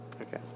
Okay